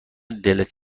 دلت